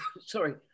sorry